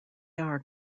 are